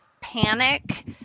panic